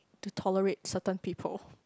to tolerate certain people